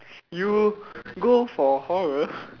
you go for horror